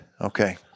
Okay